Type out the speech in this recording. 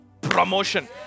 promotion